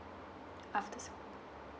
after seven